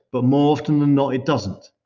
but more often than not it doesn't.